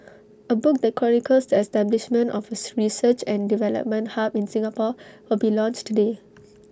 A book that chronicles the establishment of A research and development hub in Singapore will be launched today